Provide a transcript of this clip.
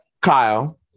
Kyle